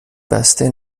بسته